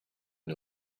and